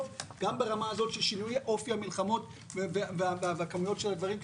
גם ברמה הזאת של שינוי אופי המלחמות והכמויות של הדברים.